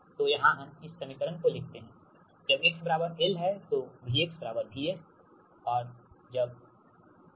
तो यहाँ हम इस समीकरण को लिखते है जब x l है तो V VSऔर IISहै